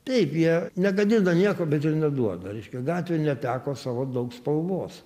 taip jie negadina nieko bet ir neduoda reiškia gatvė neteko savo daug spalvos